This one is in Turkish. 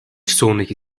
sonraki